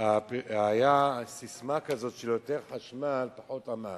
היתה ססמה כזאת: יותר חשמל, פחות עמל.